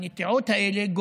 הנטיעות האלה,